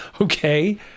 okay